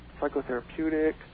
psychotherapeutic